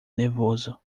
nervoso